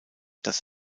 das